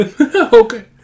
okay